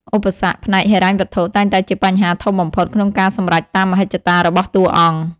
ឧបសគ្គ ផ្នែកហិរញ្ញវត្ថុតែងតែជាបញ្ហាធំបំផុតក្នុងការសម្រេចតាមមហិច្ឆតារបស់តួអង្គ។